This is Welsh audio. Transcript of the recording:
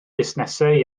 busnesau